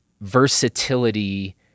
versatility